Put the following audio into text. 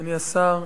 אדוני השר,